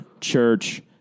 church